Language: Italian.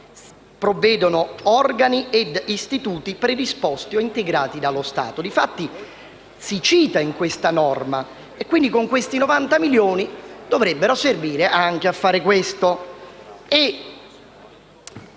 provvedono organi ed istituti predisposti o integrati dallo Stato». Difatti, l'articolo si cita in questo provvedimento e quindi questi 90 milioni dovrebbero servire anche a fare questo.